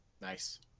Nice